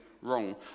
wrong